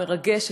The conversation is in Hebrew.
מרגשת,